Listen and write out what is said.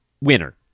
winner